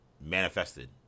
manifested